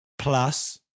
plus